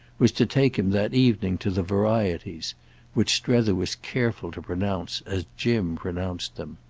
was to take him that evening to the varieties which strether was careful to pronounce as jim pronounced them.